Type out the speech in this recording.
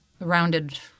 rounded